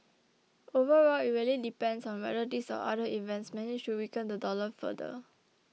overall it really depends on whether these or other events manage to weaken the dollar further